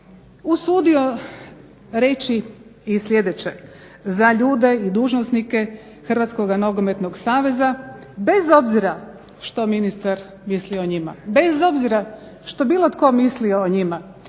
usudio reći i sljedeće za ljude i dužnosnike Hrvatskoga nogometnog saveza bez obzira što ministar misli o njima, bez obzira što bilo tko misli o njima.